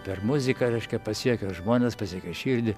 per muziką reiškia pasiekia žmones pasiekia širdį